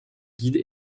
guide